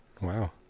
wow